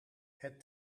het